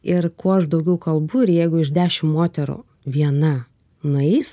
ir kuo aš daugiau kalbu ir jeigu iš dešim moterų viena nueis